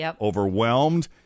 overwhelmed